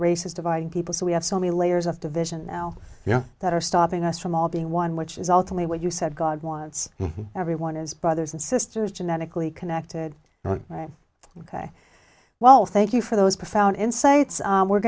race is dividing people so we have so many layers of division you know that are stopping us from all being one which is ultimately what you said god wants everyone as brothers and sisters genetically connected ok well thank you for those profound insights we're